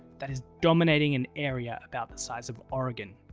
that is dominating an area about the size of oregon.